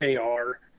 ar